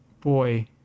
Boy